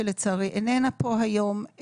שלצערי איננה פה היום,